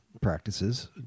practices